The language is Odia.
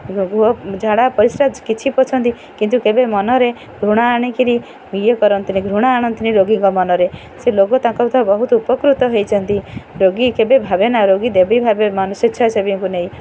ଗୁହ ଝାଡ଼ା ପରିଶ୍ରା କିଛି ପୋଛନ୍ତି କିନ୍ତୁ କେବେ ମନରେ ଘୃଣା ଆଣିକରି ଇଏ କରନ୍ତିନି ଘୃଣା ଆଣନ୍ତିନି ରୋଗୀଙ୍କ ମନରେ ସେ ଲୋକ ତାଙ୍କ ତ ବହୁତ ଉପକୃତ ହୋଇଛନ୍ତି ରୋଗୀ କେବେ ଭାବେନା ରୋଗୀ ଦେବୀ ଭାବେ ମାନେ ସ୍ୱେଚ୍ଛାସେବୀଙ୍କୁ ନେଇ